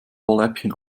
ohrläppchen